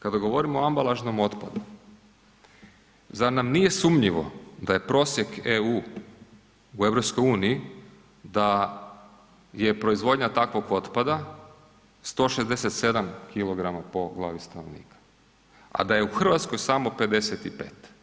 Kada govorimo o ambalažnom otpadu, zar nam nije sumnjivo da je prosjek EU u EU, da je proizvodnja takvog otpada 167 kg po glavi stanovnika, a da je u Hrvatskoj samo 55.